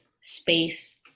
Space